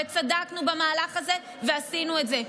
וצדקנו במהלך הזה ועשינו את זה.